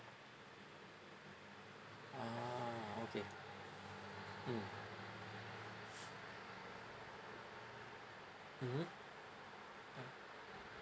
ah okay mm mmhmm